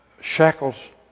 shackles